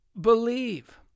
believe